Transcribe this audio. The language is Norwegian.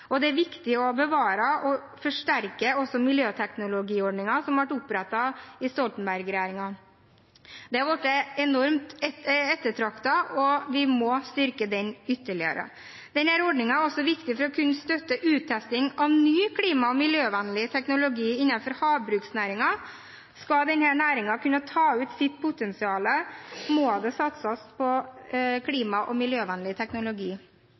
og det er viktig å bevare og forsterke også miljøteknologiordningen som ble opprettet av Stoltenberg-regjeringen. Denne har blitt enormt ettertraktet, og vi må styrke den ytterligere. Denne ordningen var så viktig for å kunne støtte uttesting av ny klima- og miljøvennlig teknologi innenfor havbruksnæringen. Skal denne næringen kunne ta ut sitt potensial, må det satses på klima- og miljøvennlig teknologi.